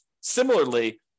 Similarly